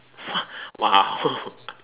!wah! !wow!